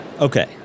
Okay